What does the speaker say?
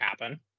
happen